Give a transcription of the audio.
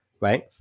right